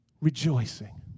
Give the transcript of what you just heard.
rejoicing